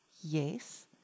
Yes